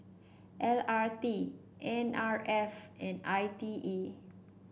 L R T N R F and I T E